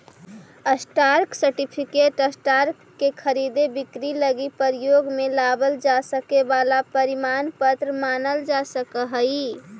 stock certificate stock के खरीद बिक्री लगी प्रयोग में लावल जा सके वाला प्रमाण पत्र मानल जा सकऽ हइ